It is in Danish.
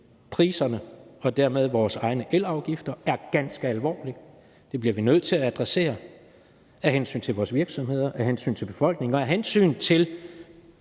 energipriserne og dermed vores egne elafgifter er ganske alvorlig. Dem bliver vi nødt til at adressere af hensyn til vores virksomheder, af hensyn til befolkningen og af hensyn til